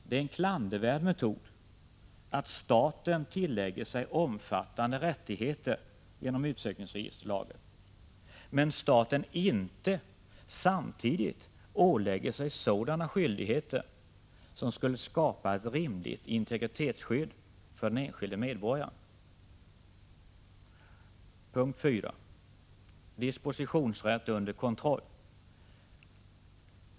Det är en klandervärd metod att staten tillägger sig omfattande rättigheter genom utsökningsregistret men inte samtidigt ålägger sig sådana skyldigheter som skulle skapa ett rimligt integritetsskydd för den enskilde medborgaren.